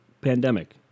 pandemic